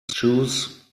choose